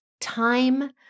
time